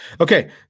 Okay